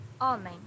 Homem